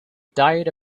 diet